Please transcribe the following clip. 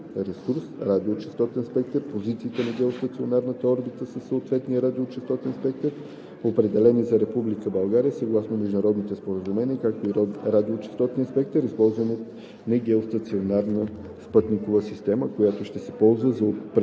радиочестотен спектър, позициите на геостационарната орбита със съответния радиочестотен спектър, определени за Република България съгласно международни споразумения, както и радиочестотния спектър, използван от негеостационарна спътникова система, който ще се ползва за предоставяне